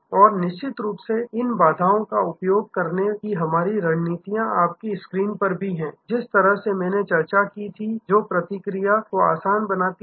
और निश्चित रूप से इन बाधाओं का उपयोग करने की हमारी रणनीतियाँ आपकी स्क्रीन पर भी हैं जिस तरह से मैंने चर्चा की थी जो प्रतिक्रिया को आसान बनाती है